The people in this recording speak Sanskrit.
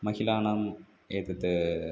महिलानाम् एतत्